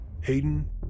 Hayden